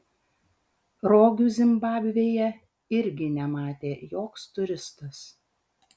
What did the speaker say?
rogių zimbabvėje irgi nematė joks turistas